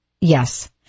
Yes